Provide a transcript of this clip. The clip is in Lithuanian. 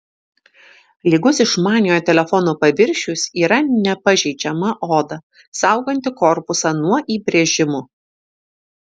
lygus išmaniojo telefono paviršius yra nepažeidžiama oda sauganti korpusą nuo įbrėžimų